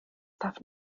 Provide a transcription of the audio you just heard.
darf